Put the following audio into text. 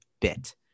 bit